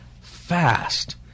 fast